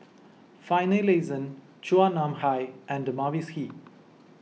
Finlayson Chua Nam Hai and Mavis Hee